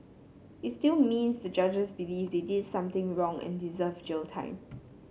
it still means the judges believe they did something wrong and deserve jail time